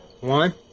one